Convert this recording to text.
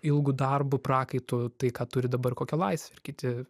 ilgu darbu prakaitu tai ką turi dabar kokią laisvę kiti